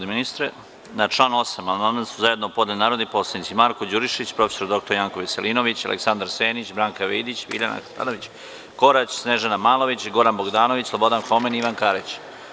Na član 8. amandman su zajedno podneli narodni poslanici Marko Đurišić, prof dr Janko Veselinović, Aleksandar Senić, Branka Karavidić, Biljana Hasanović Korać, Snežana Malović, Goran Bogdanović, Slobodan Homen i Ivan Karić.